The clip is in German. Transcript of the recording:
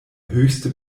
höchste